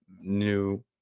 new